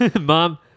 mom